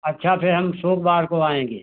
अच्छा फिर हम शुक्रवार को आएंगे